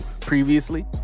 previously